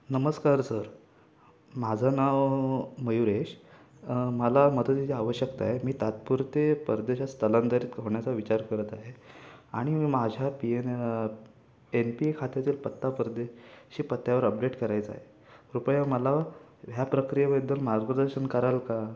नमस्कार सर माझं नाव मयुरेश मला मदतीची आवश्यकता आहे मी तात्पुरते परदेशात स्थलांतरित होण्याचा विचार करत आहे आणि माझ्या P N A N P A खात्यातील पत्ता परदे शी पत्त्यावर अपडेट करायचा आहे कृपया मला ह्या प्रक्रियेबद्दल मार्गदर्शन कराल का